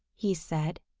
he said.